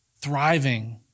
thriving